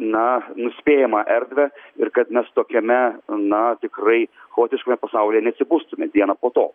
na nuspėjamą erdvę ir kad mes tokiame na tikrai chaotiškame pasaulyje neatsibustume dieną po to